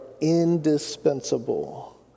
indispensable